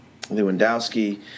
Lewandowski